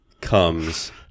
comes